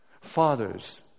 Fathers